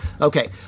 Okay